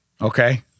Okay